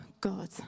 God